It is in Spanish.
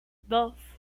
dos